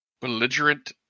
Belligerent